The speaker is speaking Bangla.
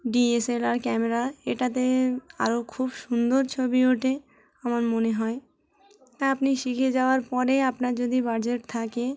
D S L R camera এটাতে আরও খুব সুন্দর ছবি ওঠে আমার মনে হয় তা আপনি শিখে যাওয়ার পরে আপনার যদি বাজেট থাকে